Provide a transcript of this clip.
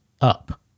Up